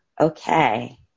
okay